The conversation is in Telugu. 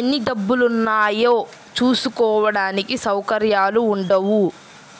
ఎన్ని డబ్బులున్నాయో చూసుకోడానికి సౌకర్యాలు ఉండవు